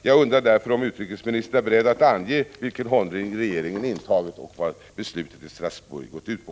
Jag undrar därför om utrikesministern är beredd att ange vilken hållning regeringen har intagit och vad beslutet i Strasbourg gått ut på.